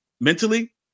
mentally